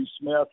Smith